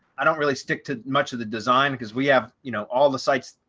i don't really stick to much of the design, because we have, you know, all the sites,